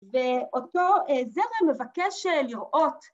ואותו זרם מבקש לראות.